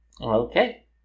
Okay